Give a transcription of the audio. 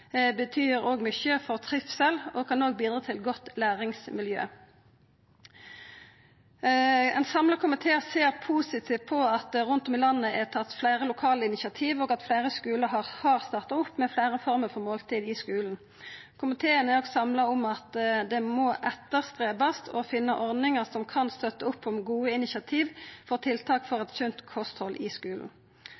betyr òg mykje for trivsel og kan òg bidra til godt læringsmiljø. Ein samla komité ser positivt på at det rundt om i landet er tatt fleire lokale initiativ, og at fleire skular har starta opp med fleire former for måltid i skulen. Komiteen er òg samla om at ein må prøva å finna ordningar som kan støtta opp om gode initiativ til tiltak for